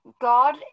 God